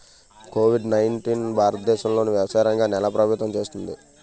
Covid nineteen భారతదేశంలోని వ్యవసాయ రంగాన్ని ఎలా ప్రభావితం చేస్తుంది?